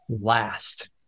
last